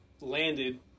landed